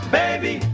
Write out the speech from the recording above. baby